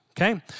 okay